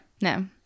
No